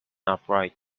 upright